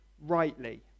rightly